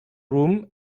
room